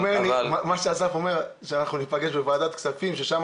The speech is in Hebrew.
מה שאסף אומר זה שאנחנו ניפגש בוועדת כספים ששם